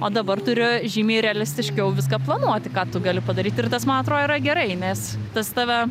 o dabar turiu žymiai realistiškiau viską planuoti ką tu gali padaryt ir tas ma atro yra gerai nes tas tave